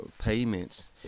payments